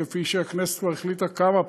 כפי שהכנסת כבר החליטה כמה פעמים,